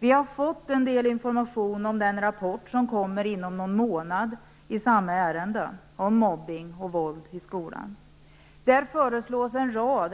Vi har ju fått en del information om den rapport i samma ärende som kommer om någon månad och som gäller mobbning och våld i skolan. Där kommer en rad